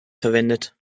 verwendet